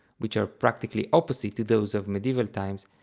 which are practically opposite to those of medieval times,